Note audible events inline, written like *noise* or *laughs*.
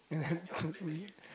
*laughs*